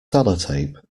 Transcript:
sellotape